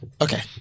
Okay